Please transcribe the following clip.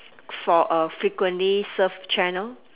for a frequently surfed channel